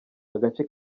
agace